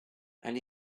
and